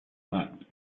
but